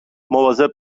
مواظب